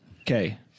Okay